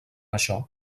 això